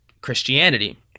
Christianity